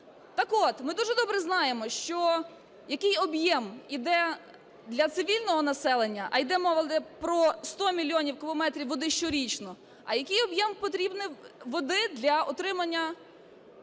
Так от, ми дуже добре знаємо, що який об'єм іде для цивільного населення, а йде мова про 100 мільйонів кубометрів води щорічно, а який об'єм потрібний води для отримання